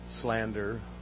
slander